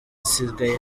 zisigaye